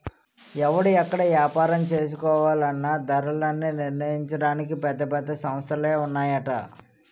ఎవడు ఎక్కడ ఏపారం చేసుకోవాలన్నా ధరలన్నీ నిర్ణయించడానికి పెద్ద పెద్ద సంస్థలే ఉన్నాయట